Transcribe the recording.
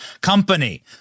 company